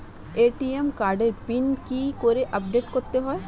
ATM কার্ডের PIN কি করে আপডেট করতে হয়?